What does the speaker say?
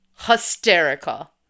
hysterical